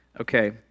Okay